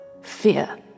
fear